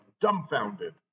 dumbfounded